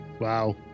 Wow